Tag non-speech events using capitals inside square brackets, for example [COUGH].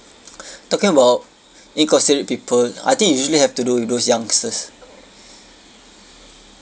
[BREATH] talking about inconsiderate people I think usually have to do with those youngsters